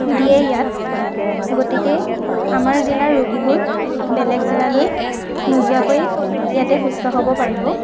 দিয়ে ইয়াত গতিকে আমাৰ জিলাৰ ৰোগীবোৰ বেলেগ জিলালৈ নোযোৱাকৈ ইয়াতে সুস্থ হ'ব পাৰিব